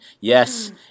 yes